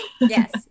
Yes